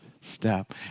step